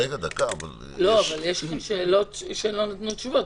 אבל ליש שאלות שלא נתנו עליהן תשובות.